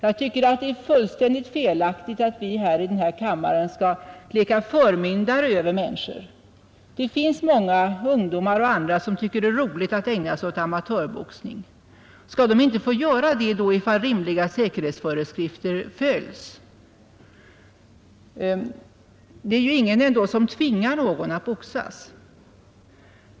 Jag tycker det är fullständigt felaktigt att vi i den här kammaren skall leka förmyndare för människor. Det finns många ungdomar och andra som tycker det är roligt att ägna sig åt amatörboxning. Skall de inte få göra det då, ifall rimliga säkerhetsföreskrifter följs? Det är ju ingen ändå som tvingar någon att boxas.